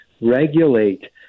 regulate